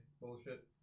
Bullshit